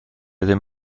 ddim